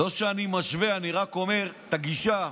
לא שאני משווה, אני רק אומר את הגישה.